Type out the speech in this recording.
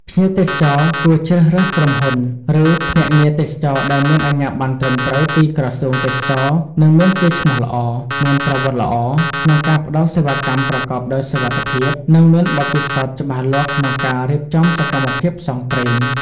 ភ្ញៀវទេសចរគួរជ្រើសរើសក្រុមហ៊ុន ឬភ្នាក់ងារទេសចរណ៍ដែលមានអាជ្ញាប័ណ្ណត្រឹមត្រូវពីក្រសួងទេសចរណ៍ និងមានកេរ្តិ៍ឈ្មោះល្អ មានប្រវត្តិល្អក្នុងការផ្ដល់សេវាកម្មប្រកបដោយសុវត្ថិភាព និងមានបទពិសោធន៍ច្បាស់លាស់ក្នុងការរៀបចំសកម្មភាពផ្សងព្រេង។